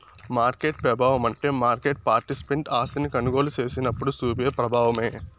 market పెబావమంటే market participant ఆస్తిని కొనుగోలు సేసినప్పుడు సూపే ప్రబావమే